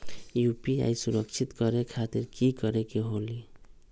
UPI सुरक्षित करे खातिर कि करे के होलि?